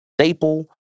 staple